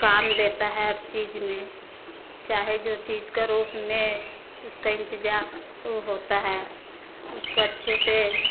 काम देता है हर चीज़ में चाहे जो चीज़ करो उसमें उसका इंतिजा ओ होता है उसको अच्छे से